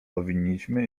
powinniśmy